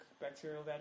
bacterial